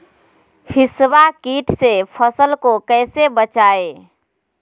हिसबा किट से फसल को कैसे बचाए?